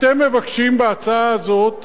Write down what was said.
אתם מבקשים בהצעה הזאת